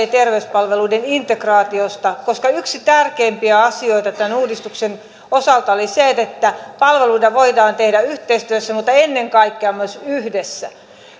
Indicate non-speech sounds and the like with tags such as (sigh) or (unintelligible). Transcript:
(unintelligible) ja terveyspalveluiden integraatiosta koska yksi tärkeimpiä asioita tämän uudistuksen osalta oli se että palveluita voidaan tehdä yhteistyössä mutta ennen kaikkea myös yhdessä